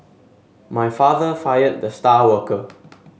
my father fired the star worker